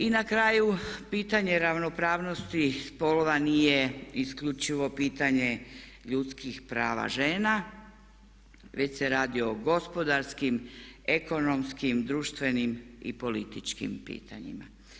I na kraju, pitanje ravnopravnosti spolova nije isključivo pitanje ljudskih prava žena već se radi o gospodarskim, ekonomskim, društvenim i političkim pitanjima.